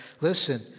listen